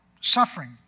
suffering